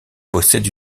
possède